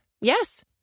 Yes